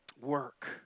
work